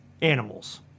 animals